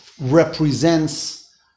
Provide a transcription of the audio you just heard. represents